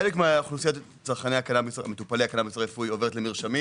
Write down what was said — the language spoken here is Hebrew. חלק מאוכלוסיית מטופלי הקנאביס הרפואי עוברת למרשמים